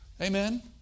Amen